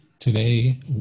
Today